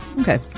Okay